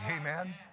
Amen